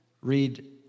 Read